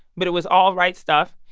but it was all right stuff.